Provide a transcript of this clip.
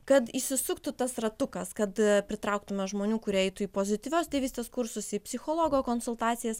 kad išsisuktų tas ratukas kad pritrauktume žmonių kurie eitų į pozityvios tėvystės kursus į psichologo konsultacijas